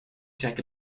check